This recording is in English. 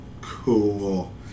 cool